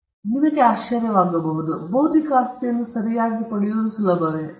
ಈಗ ನಿಮಗೆ ಆಶ್ಚರ್ಯವಾಗಬಹುದು ಆದ್ದರಿಂದ ಬೌದ್ಧಿಕ ಆಸ್ತಿಯನ್ನು ಸರಿಯಾಗಿ ಪಡೆಯುವುದು ಸುಲಭವೇ